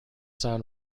son